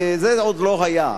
זה עוד לא היה,